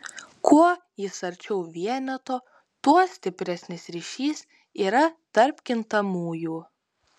kuo jis arčiau vieneto tuo stipresnis ryšys yra tarp kintamųjų